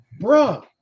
Bruh